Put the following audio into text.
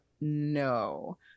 no